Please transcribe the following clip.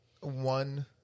one